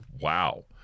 Wow